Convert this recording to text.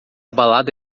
balada